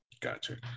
gotcha